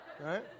right